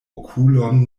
okulon